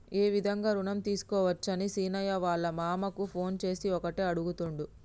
ఏ విధంగా రుణం తీసుకోవచ్చని సీనయ్య వాళ్ళ మామ కు ఫోన్ చేసి ఒకటే అడుగుతుండు